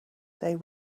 they